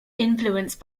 influenced